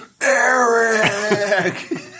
Eric